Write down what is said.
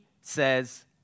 says